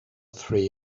three